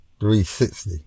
360